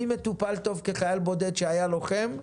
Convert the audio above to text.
ממטופל טוב כחייל בודד שהיה לוחם,